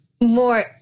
more